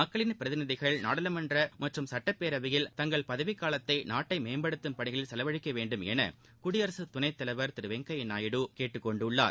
மக்கள் பிரதிநிதிகள் நாடாளுமன்ற மற்றும் சட்டப்பேரவையில் தங்கள் பதவிக்காலத்தை நாட்டை மேம்படுத்தும் பணிகளில் செலவழிக்க வேண்டும் என குடியரசுத் துணைத்தலைவர் திரு எம் வெங்கையா நாயுடு கேட்டுக்கொண்டுள்ளார்